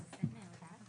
עכשיו הישיבה נעולה.